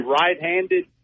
right-handed